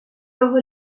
того